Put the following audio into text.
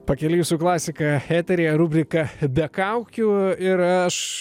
pakeliui jūsų klasika eteryje rubrika be kaukių ir aš